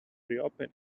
reopen